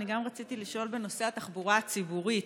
גם אני רציתי לשאול בנושא התחבורה הציבורית.